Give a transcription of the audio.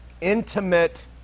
intimate